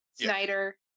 Snyder